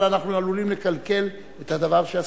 אבל אנחנו עלולים לקלקל את הדבר שעשינו?